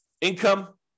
Income